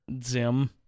Zim